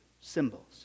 symbols